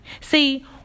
See